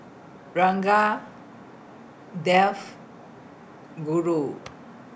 Ranga Dev Guru